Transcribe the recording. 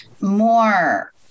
more